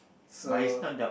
so